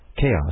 chaos